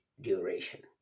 duration